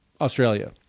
Australia